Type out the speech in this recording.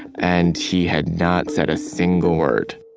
and he had not said a single word